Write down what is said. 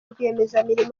rwiyemezamirimo